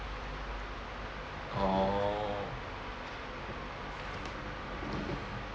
orh